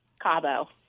Cabo